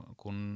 kun